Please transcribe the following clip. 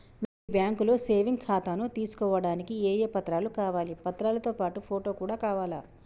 మీ బ్యాంకులో సేవింగ్ ఖాతాను తీసుకోవడానికి ఏ ఏ పత్రాలు కావాలి పత్రాలతో పాటు ఫోటో కూడా కావాలా?